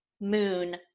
moon